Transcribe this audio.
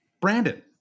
Brandon